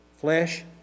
Flesh